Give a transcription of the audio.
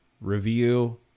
review